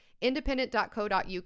Independent.co.uk